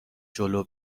جلو